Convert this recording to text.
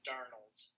Darnold